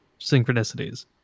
synchronicities